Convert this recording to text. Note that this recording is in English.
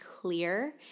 clear